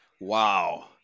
Wow